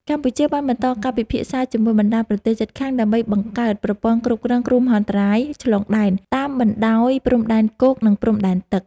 កម្ពុជាបានបន្តការពិភាក្សាជាមួយបណ្តាប្រទេសជិតខាង ដើម្បីបង្កើតប្រព័ន្ធគ្រប់គ្រងគ្រោះមហន្តរាយឆ្លងដែន តាមបណ្តោយព្រំដែនគោក និងព្រំដែនទឹក។